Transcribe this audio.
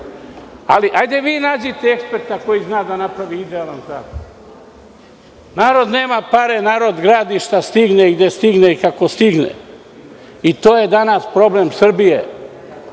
Hajde vi nađite eksperta koji zna da napravi idealan zakon. Narod nema pare, narod gradi šta stigne, gde stigne i kako stigne. To je danas problem Srbije. Država